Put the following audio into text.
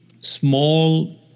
small